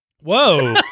Whoa